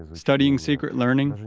studying secret learning,